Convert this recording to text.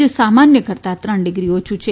જે સામાન્ય કરતાં ત્રણ ડિગ્રી ઓછું છે